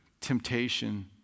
temptation